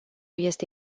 este